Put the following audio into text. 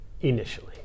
initially